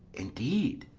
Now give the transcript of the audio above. indeed,